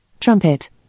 Trumpet